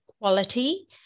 quality